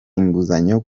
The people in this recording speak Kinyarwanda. inguzanyo